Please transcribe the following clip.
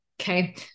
Okay